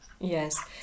Yes